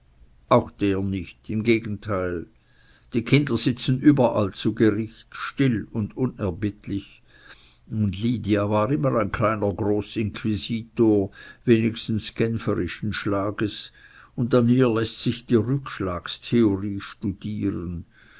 auch der nicht im gegenteil die kinder sitzen überall zu gericht still und unerbittlich und lydia war immer ein kleiner großinquisitor wenigstens genferischen schlages und an ihr läßt sich die rückschlagstheorie studieren